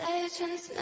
Legends